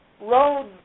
Road